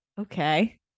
okay